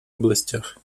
областях